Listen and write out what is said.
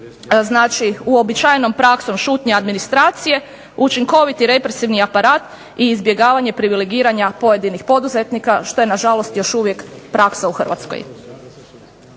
sa uobičajenom praksom šutnje administracije, učinkoviti represivni aparat i izbjegavanje privilegiranja pojedinih poduzetnika, što je nažalost još uvijek praksa u Hrvatskoj.